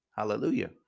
Hallelujah